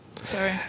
sorry